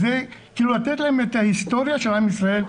כאילו לתת להם את ההיסטוריה של עם ישראל.